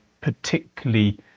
particularly